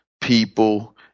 people